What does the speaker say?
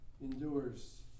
endures